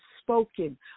spoken